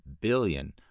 billion